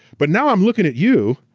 but now i'm looking at you,